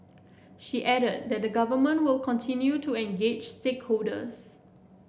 she added that the Government will continue to engage stakeholders